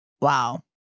Wow